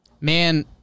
Man